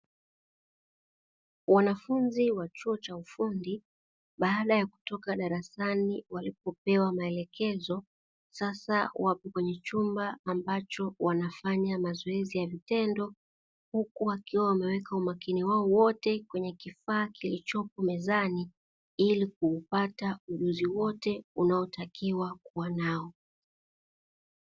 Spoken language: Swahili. Wanafunzi wa chuo cha ufundi baada ya kutoka darasani walipopewa maelekezo sasa wako kwenye chumba ambacho wanafanya mazoezi ya vitendo, huku wakiwa wameweka umakini wao wote kwenye kifaa kilichopo mezani ili kupata ujuzi wote unaotakiwa kuwa nao.